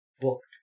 booked